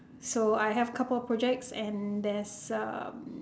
so I have a couple of projects and there's a uh